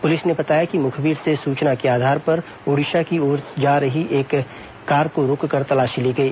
police ने बताया कि मुखबिर से मिली सूचना के आधार पर ओडिशा की ओर से आ रही एक कार को रोककर तलाशी ली गई